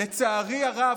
לצערי הרב,